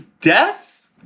death